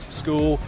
school